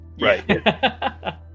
Right